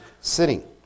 sitting